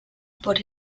por